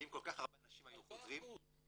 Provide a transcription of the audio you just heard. ואם כל כך הרבה אנשים היו חוזרים --- 4%.